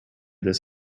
this